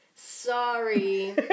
Sorry